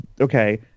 okay